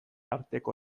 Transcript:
arteko